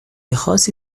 خاصی